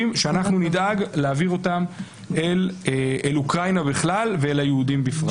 שאנחנו נדאג להעביר לאוקראינה בכלל וליהודים בפרט.